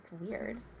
weird